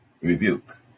Rebuke